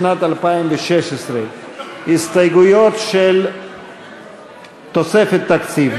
לשנת 2016. הסתייגויות של תוספת תקציב,